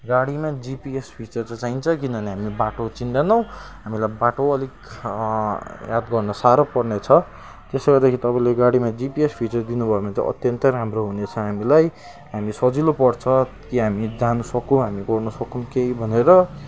गाडीमा GPS feature चाहिँ चाहिन्छ किनभने हामी बाटो चिन्दैनौँ हामीलाई बाटो अलिक याद गर्न साह्रो पर्नेछ त्यसो भएदेखि तपाईँले गाडीमा जिपिएस फिचर दिनुभयो भने अत्यन्तै राम्रो हुनेछ हामीलाई हामी सजिलो पर्छ कि हामी जान सकुँ हामी गर्न सकुँ केही भनेर